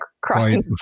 crossing